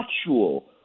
actual